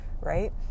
right